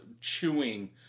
chewing